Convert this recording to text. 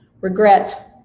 regret